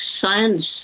science